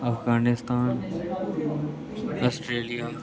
Afghanistan Australia